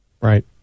Right